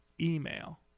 email